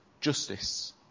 justice